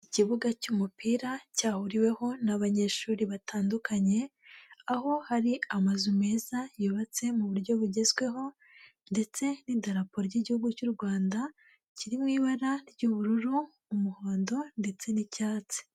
Ikibuga cy'umupira cyahuriweho n'abanyeshuri batandukanye aho hari amazu meza yubatse mu buryo bugezweho ndetse n'idarapo ry'Igihugu cy'u Rwanda kiri mu ibara ry'ubururu, umuhondo ndetse n'icyatsi.